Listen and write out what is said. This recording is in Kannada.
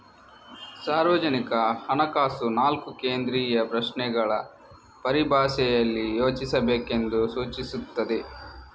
ಸಾರ್ವಜನಿಕ ಹಣಕಾಸು ನಾಲ್ಕು ಕೇಂದ್ರೀಯ ಪ್ರಶ್ನೆಗಳ ಪರಿಭಾಷೆಯಲ್ಲಿ ಯೋಚಿಸಬೇಕೆಂದು ಸೂಚಿಸುತ್ತದೆ